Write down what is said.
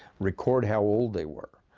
record how old they were.